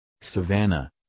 savannah